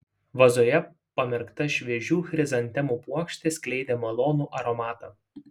vazoje pamerkta šviežių chrizantemų puokštė skleidė malonų aromatą